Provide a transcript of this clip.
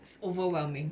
it's overwhelming